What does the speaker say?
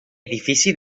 edifici